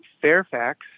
Fairfax